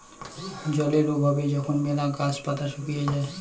জলের অভাবে যখন মেলা গাছ পাতা শুকিয়ে যায়ং